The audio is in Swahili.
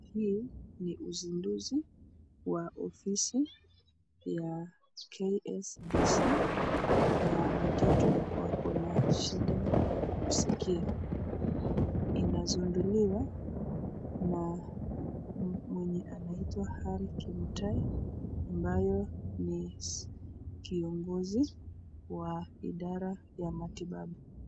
Hii ni uzinduzi wa ofisi ya K.S.D.C ya watoto wako na shida ya kusikia. Inazinduliwa na mwenye anaitwa Harry Kimutai ambaye ni kiongozi wa Idara ya Matibabu.